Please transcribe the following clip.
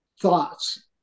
thoughts